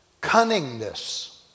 cunningness